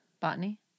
Botany